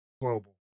Global